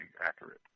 accurate